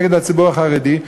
נגד הציבור החרדי,